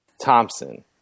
Thompson